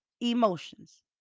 emotions